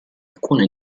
alcuna